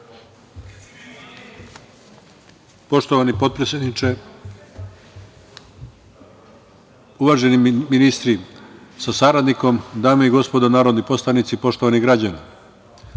Poštovani potpredsedniče, uvaženi ministri sa saradnikom, dame i gospodo narodni poslanici, poštovani građani,